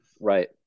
Right